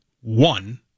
one